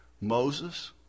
Moses